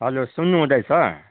hello सुन्नु हुँदैछ